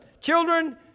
children